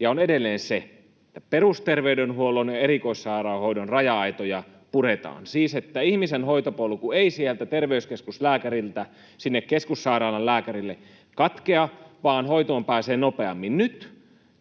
ja on edelleen se, että perusterveydenhuollon ja erikoissairaanhoidon raja-aitoja puretaan, siis että ihmisen hoitopolku ei sieltä terveyskeskuslääkäriltä sinne keskussairaalan lääkärille katkea vaan hoitoon pääsee nopeammin. Nyt